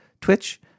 Twitch